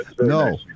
No